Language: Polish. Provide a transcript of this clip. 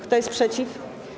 Kto jest przeciw?